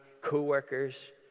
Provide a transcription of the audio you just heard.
co-workers